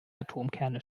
atomkerne